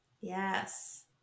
Yes